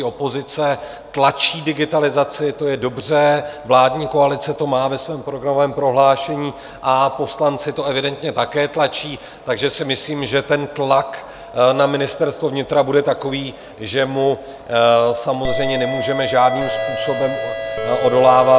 Opozice tlačí digitalizaci, to je dobře, vládní koalice to má ve svém programovém prohlášení a poslanci to evidentně také tlačí, takže si myslím, že ten tlak na Ministerstvo vnitra bude takový, že mu samozřejmě nemůžeme žádným způsobem odolávat.